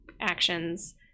actions